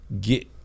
get